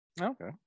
okay